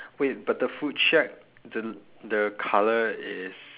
wait but the food shack the the colour is